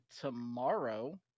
tomorrow